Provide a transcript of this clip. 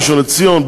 ראשון-לציון,